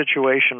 situation